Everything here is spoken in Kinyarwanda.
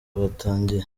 batangiye